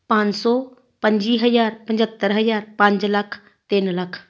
ਪੰਜ ਸੌ ਪੰਜੀ ਹਜ਼ਾਰ ਪਚੱਤਰ ਹਜ਼ਾਰ ਪੰਜ ਲੱਖ ਤਿੰਨ ਲੱਖ